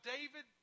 David